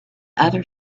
other